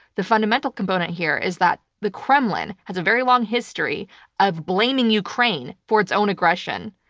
the fundamental component here is that the kremlin has a very long history of blaming ukraine for its own aggression.